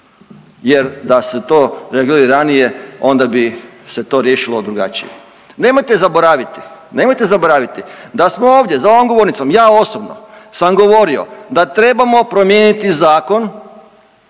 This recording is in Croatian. jer da se to reagirali ranije onda bi se to riješilo drugačije. Nemojte zaboraviti, nemojte zaboraviti da smo ovdje za ovom govornicom, ja osobno sam govorio da trebamo promijeniti Zakon